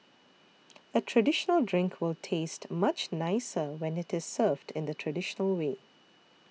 a traditional drink will taste much nicer when it is served in the traditional way